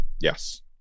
yes